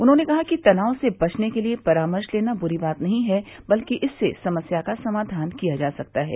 उन्होंने कहा कि तनाव से बचने के लिए परामर्श लेना बुरी बात नहीं है बल्कि इससे समस्या का समाधान किया जा सकता है